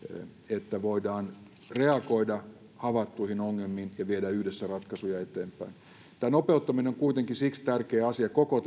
että voidaan reagoida havaittuihin ongelmiin ja viedä yhdessä ratkaisuja eteenpäin tämä nopeuttaminen on kuitenkin siksi tärkeä asia koko